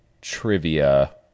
trivia